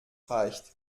reicht